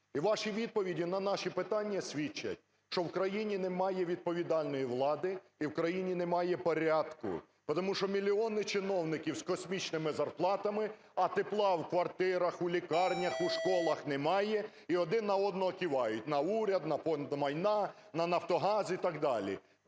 ваші відповіді на наші питання свідчать, що в країні немає відповідальної влади і в країні немає порядку, потому що мільйони чиновників з космічними зарплатами, а тепла в квартирах, у лікарнях, у школах немає, і один на одного кивають на уряд, на Фонд майна, на "Нафтогаз" і так далі.